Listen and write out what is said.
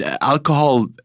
alcohol